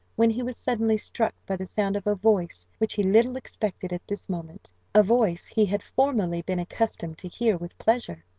when he was suddenly struck by the sound of a voice which he little expected at this moment a voice he had formerly been accustomed to hear with pleasure,